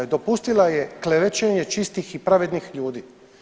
I dopustila je klevečenje čistih i pravednih ljudi.